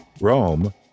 Rome